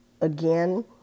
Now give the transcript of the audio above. again